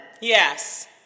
Yes